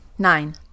Nine